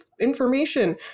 information